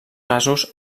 casos